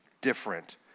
different